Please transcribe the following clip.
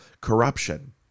corruption